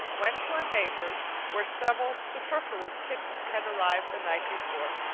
went to a neighbor's where several superfluous kittens had arrived the night before,